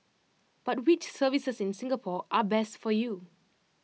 but which services in Singapore are best for you